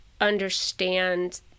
understand